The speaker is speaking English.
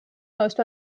most